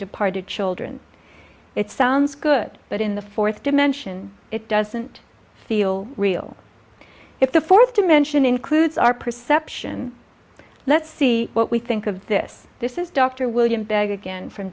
departed children it sounds good but in the fourth dimension it doesn't feel real if the fourth dimension includes our perception let's see what we think of this this is dr william bag again from